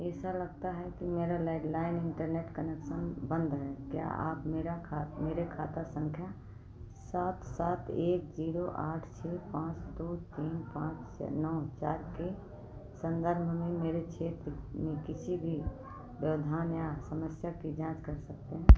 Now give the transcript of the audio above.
ऐसा लगता है कि मेरा लैंडलाइन इंटरनेट कनेक्शन बंद है क्या आप मेरे खाता संख्या सात सात एक जीरो आठ छः पाँच दो तीन पाँच नौ चार के संदर्भ में मेरे क्षेत्र में किसी भी व्यवधान या समस्या की जांच कर सकते हैं